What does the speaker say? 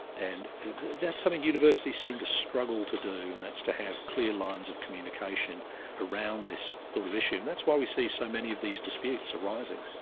and that's something universities seem to struggle to do, and that's to have clear lines of communication around this sort of issue, and that's why we see so many of these disputes arising.